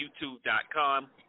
youtube.com